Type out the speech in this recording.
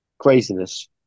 Craziness